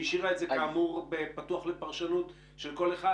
השאירה את זה פתוח לפרשנות של כל אחד,